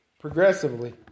progressively